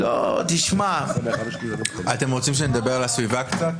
לא, תשמע --- אתם רוצים שנדבר על הסביבה קצת?